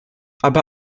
aber